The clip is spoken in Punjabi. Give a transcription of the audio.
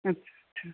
ਅੱਛਾ ਅੱਛਾ